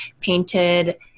painted